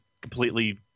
completely